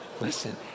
listen